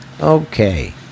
Okay